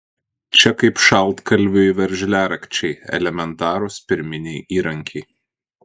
čia kaip šaltkalviui veržliarakčiai elementarūs pirminiai įrankiai